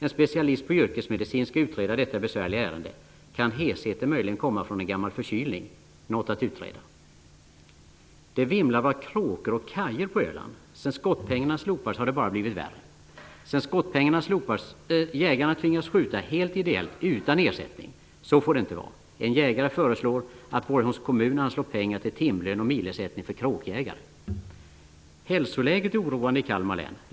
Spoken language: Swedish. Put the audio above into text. En specialist på yrkesmedicin skall utreda detta besvärliga ärende. Kan hesheten möjligen komma från en gammal förkylning? Något att utreda. Det vimlar av kråkor och kajor på Öland. Sedan skottpengarna slopades har det bara blivit värre. Jägarna tvingas skjuta helt ideellt, utan ersättning. Så får det inte vara. En jägare föreslår att Hälsoläget är oroande i Kalmar län.